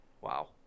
Wow